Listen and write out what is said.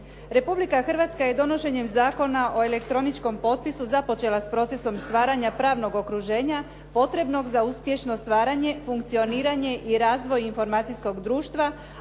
Republika Hrvatska je donošenjem Zakona o elektroničkom potpisu započela s procesom stvaranja pravnog okruženja potrebnog za uspješno stvaranje, funkcioniranje i razvoj informacijskog društva